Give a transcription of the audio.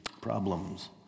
problems